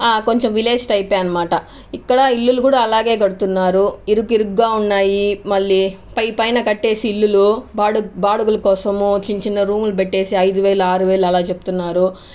కొంచెం village type ఏ అనమాట ఇక్కడ ఇల్లులు కూడా అలాగే కడుతున్నారు ఇరుక్ ఇరుకుగా ఉన్నాయి మళ్ళీ పై పైన కట్టేసి ఇల్లులు బాడుక్ బాడుగల్ కోసమో చిన్నచిన్న రూములు పెట్టేసి ఐదు వేలు ఆరు వేలు అలా చెప్తున్నారు